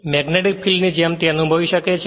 magnetic field ની જેમ તે અનુભવી શકે છે